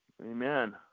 Amen